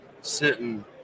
sitting